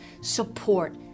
support